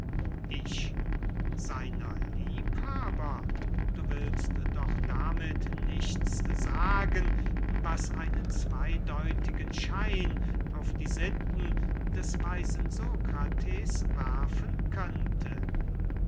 ich seiner liebhaber du willst doch damit nichts sagen was einen zweydeutigen schein auf die sitten des weisen sokrates werfen könnte